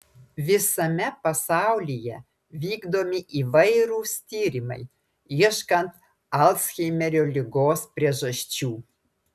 visame pasaulyje vykdomi įvairūs tyrimai ieškant alzheimerio ligos priežasčių